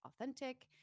authentic